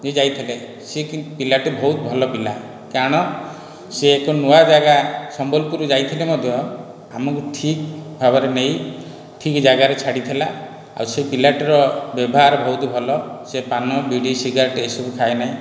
ଯିଏ ଯାଇଥିଲେ ସେ ପିଲାଟି ବହୁତ ଭଲ ପିଲା କାରଣ ସେ ଏକ ନୂଆ ଯାଗା ସମ୍ବଲପୁର ଯାଇଥିଲେ ମଧ୍ୟ ଆମକୁ ଠିକ ଭାବରେ ନେଇ ଠିକ ଯାଗାରେ ଛାଡ଼ିଥିଲା ଆଉ ସେ ପିଲାଟିର ବ୍ୟବହାର ବହୁତ ଭଲ ସେ ପାନ ବିଡ଼ି ସିଗାରେଟ ଏସବୁ ଖାଏ ନାହିଁ